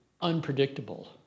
unpredictable